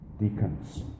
deacons